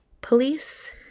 police